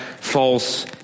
false